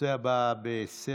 לנושא הבא בסדר-היום,